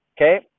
Okay